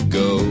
go